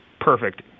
Perfect